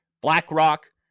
BlackRock